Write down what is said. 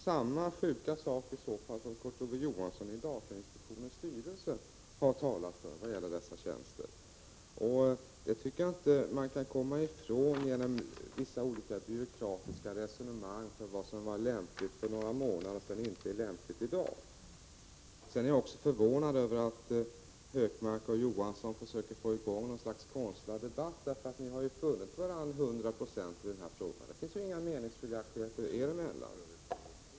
Samma sjuka sak har i så fall Kurt Ove Johansson talat för i datainspektionens styrelse. Det tycker jag inte man kan komma ifrån genom olika byråkratiska resonemang om vad som var lämpligt för några månader sedan, men inte är lämpligt i dag. Jag är också förvånad över att Gunnar Hökmark och Kurt Ove Johansson försöker få i gång något slags konstlad debatt. Ni har ju funnit varandra till hundra procent i den här frågan, det finns ju inga meningsskiljaktigheter er emellan.